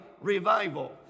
revival